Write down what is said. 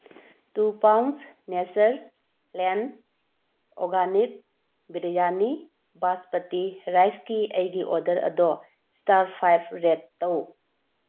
two pouch Nature Land organic biryani basmati ꯔꯥꯏꯁꯀꯤ ꯑꯩꯒꯤ order ꯑꯗꯣ ꯏꯁꯇꯥꯔ ꯐꯥꯏꯚ ꯔꯦꯠ ꯇꯧ